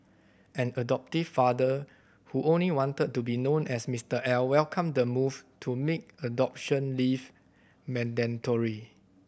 an adoptive father who only wanted to be known as Mister L welcomed the move to make adoption leave mandatory